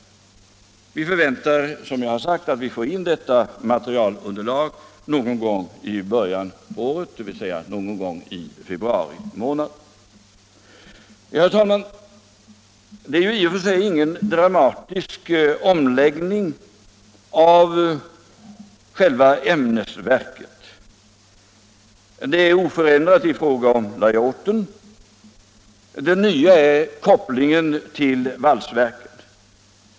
Vi förväntar, som jag har sagt, att få in detta material i början på nästa år, någon gång i februari månad. Herr talman! Det är i och för sig inte fråga om någon dramatisk omläggning av själva ämnesverket. Det är oförändrat i fråga om layouten. Det nya är kopplingen till valsverken.